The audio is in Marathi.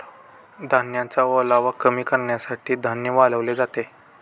धान्याचा ओलावा कमी करण्यासाठी धान्य वाळवले जाते